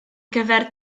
gyfer